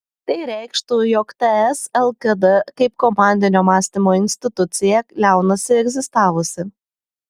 tai reikštų jog ts lkd kaip komandinio mąstymo institucija liaunasi egzistavusi